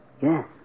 Yes